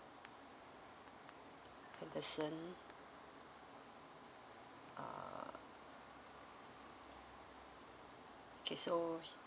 anderson uh okay so